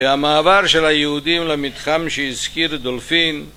והמעבר של היהודים למתחם שהזכיר דולפין